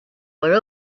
were